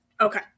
Okay